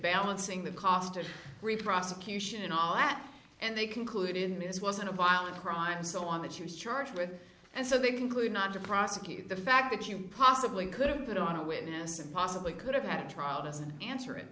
balancing the cost to reprosecute and all that and they concluded in this wasn't a violent crime so on that she was charged with and so they concluded not to prosecute the fact that you possibly could have put on a witness and possibly could have had a trial doesn't answer it